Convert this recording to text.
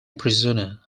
prisoner